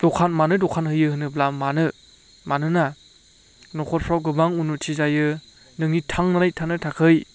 दखान मानो दखान होनोब्ला मानो मानोना न'खरफ्राव गोबां उननुथि जायो नोंनि थांनानै थानो थाखै